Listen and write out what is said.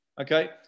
Okay